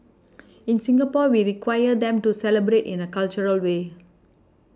in Singapore we require them to celebrate in a cultural way